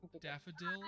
Daffodil